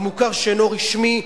המוכר שאינו רשמי,